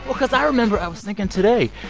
because i remember i was thinking today,